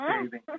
saving